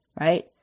right